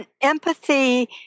empathy